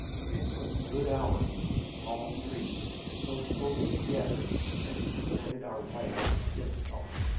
then for a good hour between tall trees so close together that we threaded our way with difficulty.